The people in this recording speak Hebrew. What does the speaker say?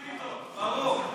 הכי טוב, ברור.